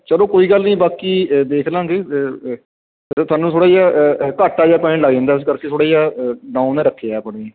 ਚਲੋ ਕੋਈ ਗੱਲ ਨਹੀਂ ਬਾਕੀ ਦੇਖਲਾਂਗੇ ਤੁਹਾਨੂੰ ਥੋੜ੍ਹੀ ਜਿਹਾ ਘਾਟਾ ਜਿਹਾ ਪੈਣ ਲੱਗ ਜਾਂਦਾ ਇਸ ਕਰਕੇ ਥੋੜ੍ਹਾ ਜਿਹਾ ਡਾਊਨ ਰੱਖਿਆ ਆਪਣੇ